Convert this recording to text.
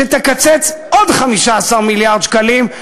שתקצץ עוד 15 מיליארד שקלים,